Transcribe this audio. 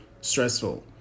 stressful